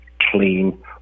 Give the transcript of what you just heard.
clean